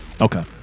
Okay